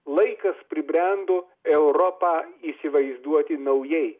laikas pribrendo europą įsivaizduoti naujai